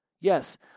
Yes